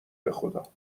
بخدا